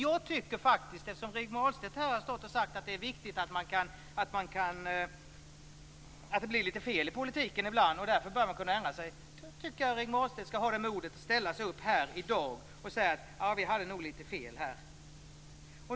Jag tycker faktiskt, eftersom Rigmor Ahlstedt har sagt att det blir lite fel i politiken ibland och att det därför är viktigt att man kan ändra sig, att Rigmor Ahlstedt skall ha modet att ställa sig upp här i dag och säga: Vi hade nog lite fel här.